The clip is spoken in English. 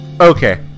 Okay